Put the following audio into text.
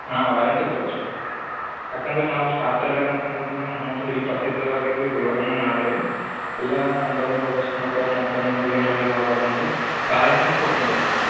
ಹಾಂ ವಾರಂಟಿ ತಗೋರಿ ಯಾಕಂದರೆ ನಾವು ಸ್ಟಾರ್ ಟೇಲರ್ ಅಂತ ಅಂದಿದ್ದ ಮೇಲೆ ಮೂಲ ಇಲ್ಲಿ ಪ್ರಸಿದ್ದವಾಗಿದ್ದು ಗುಲ್ಬರ್ಗನಾಗೆ ನಾವೇ ರೀ ಎಲ್ಲಾ ನಮ್ಮ ಬಳಿ ಇಂದ ಹೊಲಿಸ್ಕೊಂಡು ಹೋಗ್ತಾರೆ ಮತ್ತೆ ನಿಮ್ಗೆ ಏನರಾ ಇದು ಆಗ್ಬಾರ್ದು ಅಂತೇಳಿ ವ್ಯಾರೆಂಟಿನು ಕೊಡ್ತೀನಿ ರೀ ಅದಕ್ಕೆ